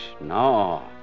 No